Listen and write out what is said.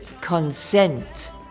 consent